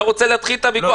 אתה רוצה להתחיל את הוויכוח?